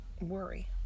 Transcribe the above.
worry